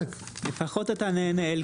אנחנו בעד האופוזיציה.